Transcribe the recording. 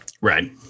Right